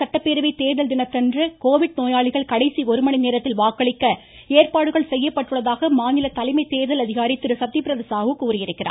தமிழக சட்டப்பேரவை தேர்தல் தினத்தன்று கோவிட் நோயாளிகள் கடைசி ஒருமணி நேரத்தில் வாக்களிக்க ஏற்பாடுகள் செய்யப்பட்டுள்ளதாக மாநில தலைமை தேர்தல் அலுவலர் திரு சத்யபிரத சாகு கூறியுள்ளார்